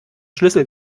schlüssel